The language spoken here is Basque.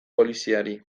poliziari